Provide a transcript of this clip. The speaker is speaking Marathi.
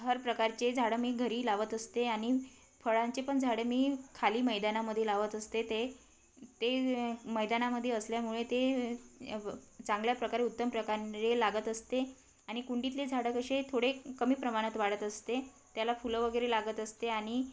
हर प्रकारचे झाडं मी घरी लावत असते आणि फळांचे पण झाडं मी खाली मैदानामध्ये लावत असते ते ते मैदानामध्ये असल्यामुळे ते चांगल्या प्रकारे उत्तम प्रकारे लागत असते आणि कुंडीतले झाडं कसे थोडे कमी प्रमाणात वाढत असते त्याला फुलं वगैरे लागत असते आणि